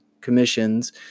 commissions